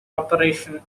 operation